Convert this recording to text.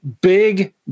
big